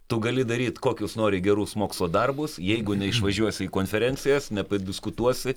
tu gali daryt kokius nori gerus mokslo darbus jeigu neišvažiuosi į konferencijas nepadiskutuosi